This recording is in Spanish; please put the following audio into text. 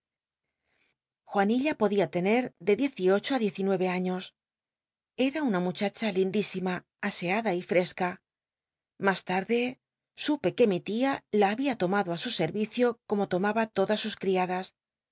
juanilla podia tener de diez y ocho diez y nucye niios era una muchacha lindísima aseada y fesca mas tarde supe que mi tia la babia tomado á su sef icio como lomaba todas sus ciadas